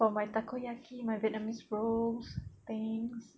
for my takoyaki my vietnamese rolls things